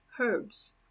herbs